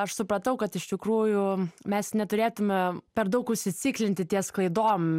aš supratau kad iš tikrųjų mes neturėtume per daug užsitikrinti ties klaidom